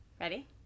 Ready